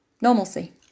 normalcy